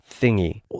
thingy